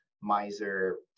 miser